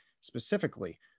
specifically